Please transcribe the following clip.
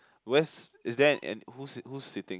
where is that and who's who's sitting